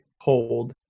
hold